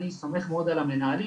אני סומך מאוד על המנהלים,